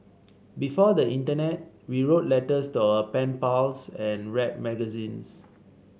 before the internet we wrote letters to our pen pals and read magazines